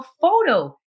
photo